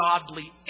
godly